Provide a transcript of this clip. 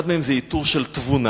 אחד מהם זה עיטור של תבונה,